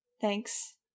Thanks